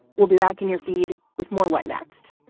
we'll be back in your feed with more. what next?